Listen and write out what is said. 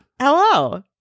Hello